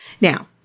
Now